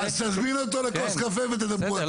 אוקיי אז תזמין אותו לכוס קפה ותדברו על זה.